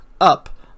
up